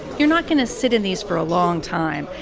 you're not going to sit in these for a long time.